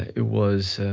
it was